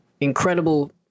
incredible